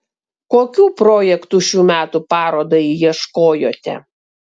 kokių projektų šių metų parodai ieškojote